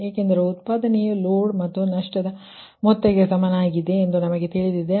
ಏಕೆಂದರೆ ಉತ್ಪಾದನೆಯು ಲೋಡ್ ಮತ್ತು ನಷ್ಟದ ಮೊತ್ತಕ್ಕೆ ಸಮಾನವಾಗಿದೆ ಎಂದು ನಮಗೆ ತಿಳಿದಿದೆ